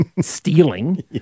stealing